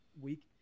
week